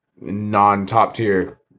non-top-tier